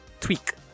tweak